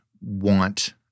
want